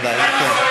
ודאי.